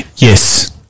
Yes